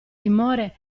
timore